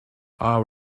are